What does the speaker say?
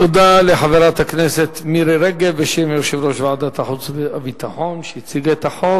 תודה לחברת הכנסת מירי רגב, שהציגה את החוק